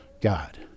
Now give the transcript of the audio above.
God